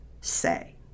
say